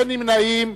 אין נמנעים.